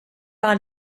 par